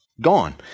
Gone